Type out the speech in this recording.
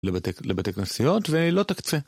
לבתי כנסיות ולא תקצה.